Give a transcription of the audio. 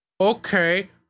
Okay